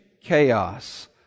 chaos